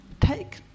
Take